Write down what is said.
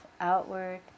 outward